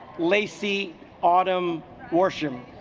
lacy autumn horsham